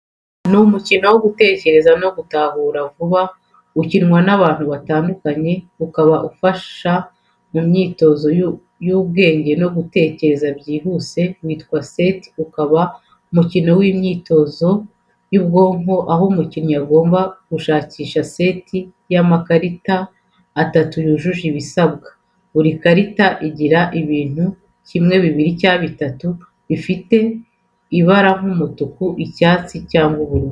Ni umukino wo gutekereza no gutahura vuba ukinwa n’abantu batandukanye, ukaba unafasha mu myitozo y’ubwenge no gutekereza byihuse. Witwa set ukaba umukino w’imyitozo y’ubwonko aho umukinnyi agomba gushakisha seti y’amakarita 3 yujuje ibisabwa. Buri karita igira ibintu 1, 2, cyangwa 3 bifite ibara nk’umutuku, icyatsi, cyangwa ubururu.